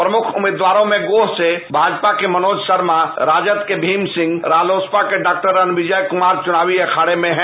प्रमुख उम्मीदवारों में गोह से भाजपा के मनोज शर्मा राजद के भीम सिंह रालोसपा के डॉ रणविजय कुमार चुनावी अखाडे में हैं